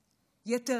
יתרה מזו,